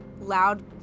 loud